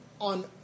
on